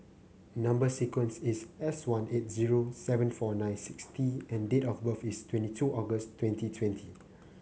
number sequence is S one eight zero seven four nine six T and date of birth is twenty two August twenty twenty